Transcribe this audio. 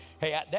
Hey